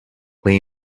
lay